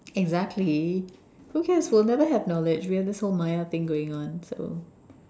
exactly who cares we will never have knowledge we have this whole going on so